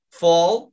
fall